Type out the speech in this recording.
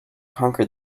conquer